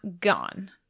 gone